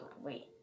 wait